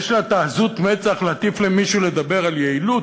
יש לה את עזות המצח להטיף למישהו ולדבר על יעילות?